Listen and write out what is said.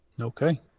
okay